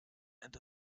and